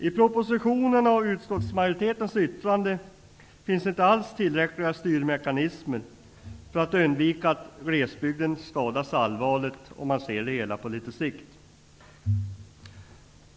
I propositionen och utskottsmajoritetens yttrande föreslås inte alls tillräckliga styrmekanismer för att undvika att glesbygden skadas allvarligt, om man ser det hela på litet sikt.